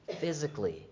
Physically